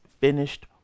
finished